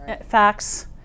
facts